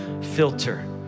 filter